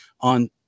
on